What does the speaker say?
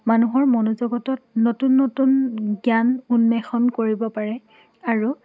মানুহৰ মনোজগতত নতুন নতুন জ্ঞান উন্মেষণ কৰিব পাৰে আৰু